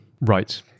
Right